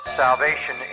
salvation